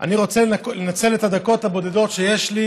אני רוצה לנצל את הדקות הבודדות שיש לי